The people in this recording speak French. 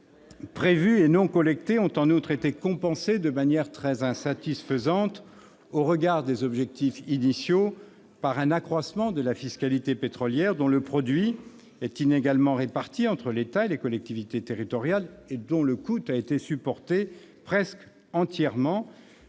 Les recettes prévues et non collectées ont en outre été compensées de façon très insatisfaisante, au regard des objectifs initiaux, par un accroissement de la fiscalité pétrolière, dont le produit est inégalement réparti entre l'État et les collectivités territoriales etdont le coût a été supporté presque entièrement